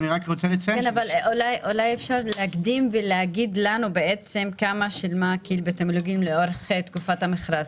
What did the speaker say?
אולי אפשר לומר לנו כמה שילמה כי"ל בתמלוגים לאורך תקופת המכרז?